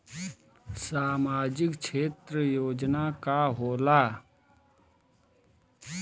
सामाजिक क्षेत्र योजना का होला?